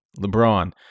LeBron